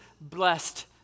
blessed